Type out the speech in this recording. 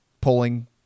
pulling